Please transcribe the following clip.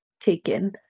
taken